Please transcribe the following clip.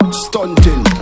stunting